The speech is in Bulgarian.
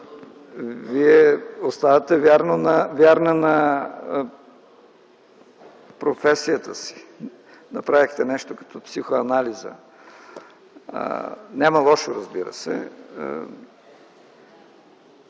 Вие оставате вярна на професията си – направихте нещо като психоанализа. В това няма лошо. Разбира се,